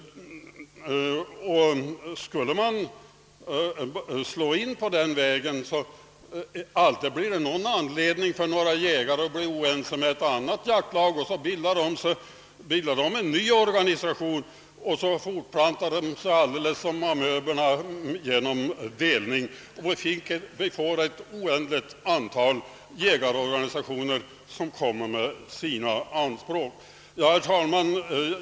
Skulle man slå in på denna väg finns det alltid någon anledning för några jägare att bli oense med ett annat jaktlag och så bildar de en ny organisation. Så fortplantar sig organisationerna genom delning alldeles som amöborna, och vi får ett oändligt antal jägarorganisationer som framställer sina anspråk. Herr talman!